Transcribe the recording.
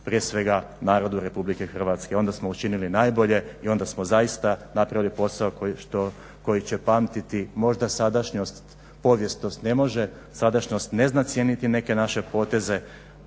prije svega narodu RH. Onda smo učinili najbolje i onda smo zaista napravili posao koji će pamtiti možda sadašnjost, povijest to ne može, sadašnjost ne zna cijeniti neke naše poteze.